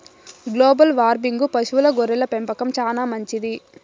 global వార్మింగ్కు పశువుల గొర్రెల పెంపకం చానా మంచిది